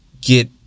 get